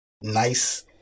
nice